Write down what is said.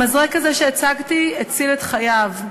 המזרק הזה שהצגתי הציל את חייו,